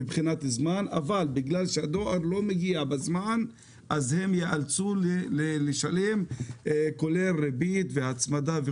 בגלל שהדואר לא מגיע בזמן הם ייאלצו לשלם כולל ריבית והצמדה.